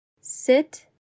Sit